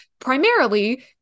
primarily